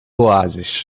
oásis